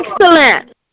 excellent